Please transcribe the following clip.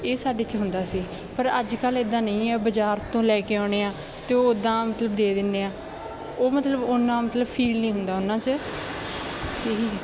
ਇਹ ਸਾਡੇ 'ਚ ਹੁੰਦਾ ਸੀ ਪਰ ਅੱਜ ਕੱਲ੍ਹ ਇੱਦਾਂ ਨਹੀਂ ਹੈ ਬਾਜ਼ਾਰ ਤੋਂ ਲੈ ਕੇ ਆਉਣੇ ਆ ਅਤੇ ਉਹ ਉਦਾਂ ਮਤਲਬ ਦੇ ਦਿੰਦੇ ਹਾਂ ਉਹ ਮਤਲਬ ਉਨਾ ਮਤਲਬ ਫੀਲ ਨਹੀਂ ਹੁੰਦਾ ਉਹਨਾਂ 'ਚ ਇਹ ਹੀ ਹੈ